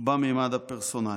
בממד הפרסונלי.